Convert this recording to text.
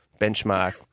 benchmark